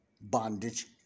bondage